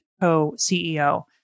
co-CEO